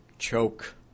choke